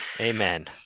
Amen